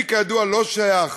אני, כידוע, לא שייך